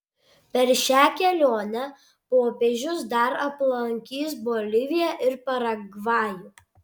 per šią kelionę popiežius dar aplankys boliviją ir paragvajų